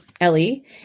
Ellie